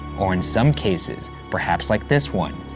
or in some cases, perhaps like this one,